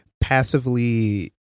Passively